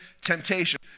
temptation